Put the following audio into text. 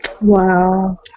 Wow